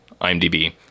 imdb